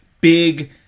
big